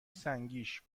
سنگیش